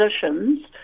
positions